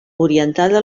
orientada